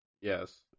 yes